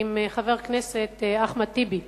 עם חבר הכנסת אחמד טיבי,